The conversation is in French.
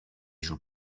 joue